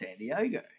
Sandiego